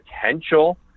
potential